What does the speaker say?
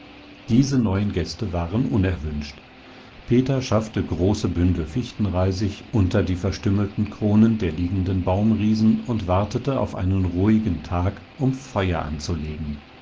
diese neuen gäste waren unerwünscht peter schaffte große bündel fichtenreisig unter die verstümmelten kronen der liegenden baumriesen und wartete auf einen ruhigen tag um feuer anzulegen